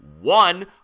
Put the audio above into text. one